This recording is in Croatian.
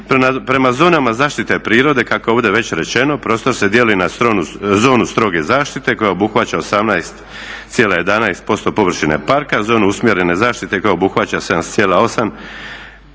Prema zonama zaštite prirode kako je ovdje već rečeno prostor se dijeli na zonu strogu zaštite koja obuhvaća 18,11% površine parka, zonu usmjerene zaštite koja obuhvaća …